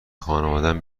خانوادهام